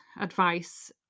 advice